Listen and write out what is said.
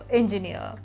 engineer